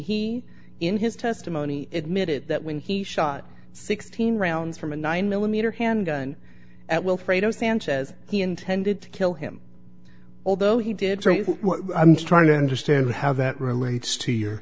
he in his testimony it made it that when he shot sixteen rounds from a nine millimeter handgun at will freedom sanchez he intended to kill him although he did so i'm trying to understand how that relates to your